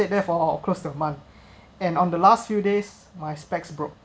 there for across the month and on the last few days my specs broke